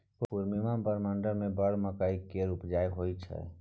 पूर्णियाँ प्रमंडल मे बड़ मकइ केर उपजा होइ छै